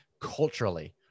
culturally